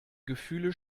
gefühle